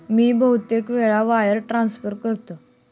मी बहुतेक वेळा wire transfer करतो